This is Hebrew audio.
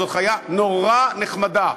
זאת חיה נורא נחמדה,